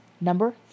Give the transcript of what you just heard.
number